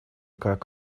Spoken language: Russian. как